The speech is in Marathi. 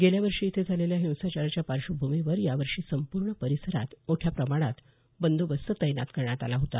गेल्यावर्षी इथं झालेल्या हिंसाचाराच्या पार्श्वभूमीवर या वर्षी संपूर्ण परिसारात मोठ्या प्रमाणात बंदोबस्त तैनात करण्यात आला होता